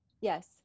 yes